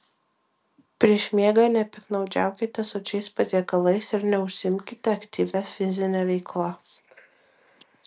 prieš miegą nepiktnaudžiaukite sočiais patiekalais ir neužsiimkite aktyvia fizine veikla